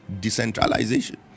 decentralization